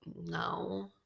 No